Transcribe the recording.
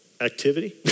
activity